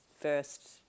first